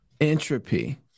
entropy